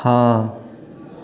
हाँ